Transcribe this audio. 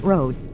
Road